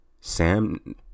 Sam